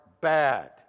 bad